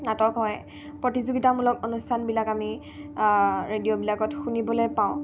নাটক হয় প্ৰতিযোগিতামূলক অনুষ্ঠানবিলাক আমি ৰেডিঅ'বিলাকত শুনিবলৈ পাওঁ